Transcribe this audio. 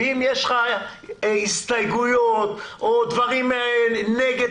ואם יש לך הסתייגויות או דברים נגד,